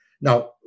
Now